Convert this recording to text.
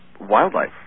wildlife